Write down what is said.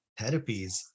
therapies